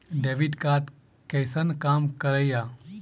Debit card कैसन काम करेया?